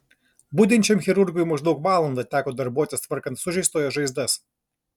budinčiam chirurgui maždaug valandą teko darbuotis tvarkant sužeistojo žaizdas